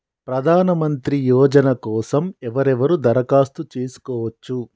ప్రధానమంత్రి యోజన కోసం ఎవరెవరు దరఖాస్తు చేసుకోవచ్చు?